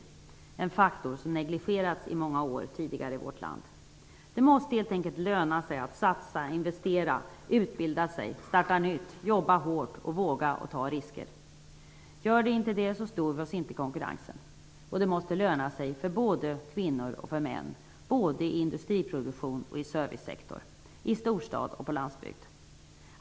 Det är en faktor som negligerats i många år tidigare i vårt land. Det måste helt enkelt löna sig att satsa, investera, utbilda sig, starta nytt, jobba hårt och våga att ta risker. Gör det inte det, står vi oss inte i konkurrensen. Det måste löna sig för både kvinnor och män, både i industriproduktion och inom servicesektor, i storstad och på landsbygd.